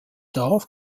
darf